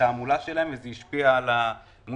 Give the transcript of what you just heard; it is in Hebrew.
התעמולה שלהם וזה השפיע על המוסלמים.